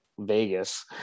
Vegas